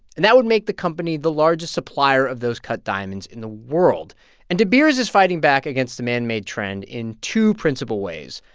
and that would make the company the largest supplier of those cut diamonds in the world and de beers is fighting back against the manmade trend in two principal ways.